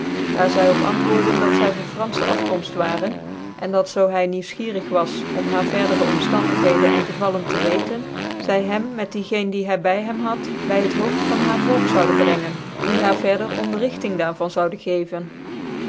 daar zy op antwoorden dat zy van franfc afkomft waren en dat zoo hy nicuwsicrig was om haar verdere omftandigicdcn en gevallen tc weten zy hem met die geen die hy by hem had by het hoofd van haar volk zoude brengen die hair verder onderrigting daar van zoude cvcn